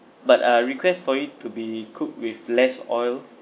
but uh request for it to be cooked with less oil